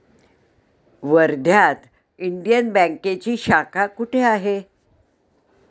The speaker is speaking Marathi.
वर्ध्यात इंडियन बँकेची शाखा कुठे आहे?